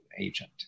agent